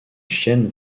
chienne